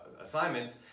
assignments